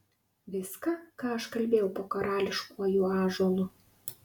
viską ką aš kalbėjau po karališkuoju ąžuolu